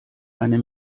eine